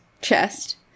chest